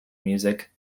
music